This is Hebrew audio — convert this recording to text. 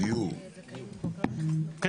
כל